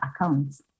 accounts